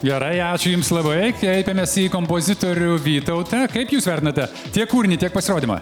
gerai ačiū jums labai kreipiamės į kompozitorių vytautą kaip jūs vertinate tiek kūrinį tiek pasirodymą